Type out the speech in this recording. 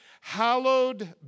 Hallowed